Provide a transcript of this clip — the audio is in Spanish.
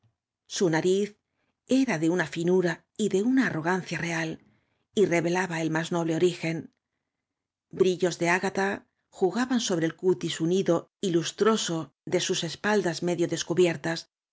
su narí era de una dnura y de una arrogancia real y revelaba el más noble origen brillos de ágata jugaban sobre ei cutis unido y lustro so de su osjialdas medio descubiertas